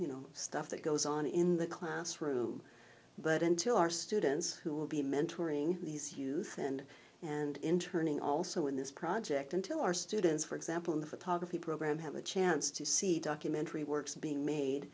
you know stuff that goes on in the classroom but until our students who will be mentoring these youth and and interning also in this project until our students for example in the photography program have a chance to see documentary works being made